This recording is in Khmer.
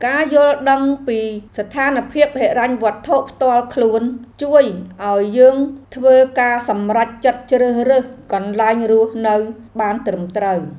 ការយល់ដឹងពីស្ថានភាពហិរញ្ញវត្ថុផ្ទាល់ខ្លួន ជួយឱ្យយើងធ្វើការសម្រេចចិត្តជ្រើសរើសកន្លែងរស់នៅបានត្រឹមត្រូវ។